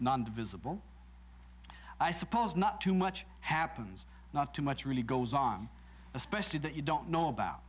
one visible i suppose not too much happens not too much really goes on especially that you don't know about